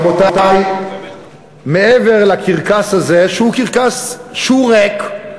רבותי, מעבר לקרקס הזה, שהוא קרקס כשהוא ריק,